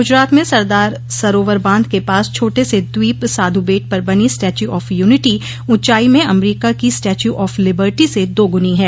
गुजरात में सरदार सरोवर बांध के पास छोटे से द्वीप साध् बेट पर बनी स्टैच्यू ऑफ यूनिटी ऊंचाई में अमरीका की स्टैच्यू ऑफ लिबर्टी से दोगुनी है